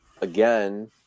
again